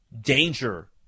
danger